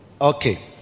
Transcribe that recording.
Okay